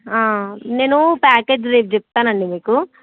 నేను ప్యాకేజ్ రేపు చెప్తాను అండి మీకు